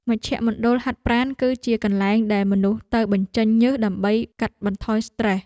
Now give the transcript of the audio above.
មជ្ឈមណ្ឌលហាត់ប្រាណ គឺជាកន្លែងដែលមនុស្សទៅបញ្ចេញញើសដើម្បីកាត់បន្ថយស្ត្រេស។